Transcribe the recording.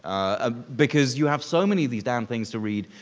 ah because you have so many of these um things to read.